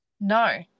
No